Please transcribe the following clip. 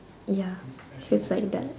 ya just like that